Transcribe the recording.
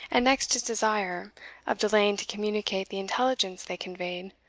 and next his desire of delaying to communicate the intelligence they conveyed,